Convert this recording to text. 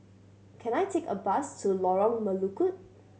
can I take a bus to Lorong Melukut